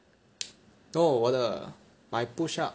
no 我的 my push up